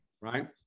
Right